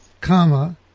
comma